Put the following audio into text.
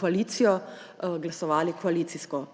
koalicijo, glasovali koalicijsko.